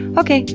okay.